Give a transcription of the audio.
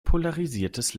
polarisiertes